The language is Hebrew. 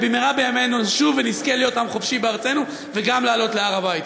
ובמהרה בימנו נשוב ונזכה להיות עם חופשי בארצנו וגם לעלות להר-הבית,